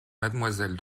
mademoiselle